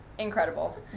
Incredible